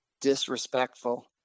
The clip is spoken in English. disrespectful